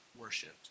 worshipped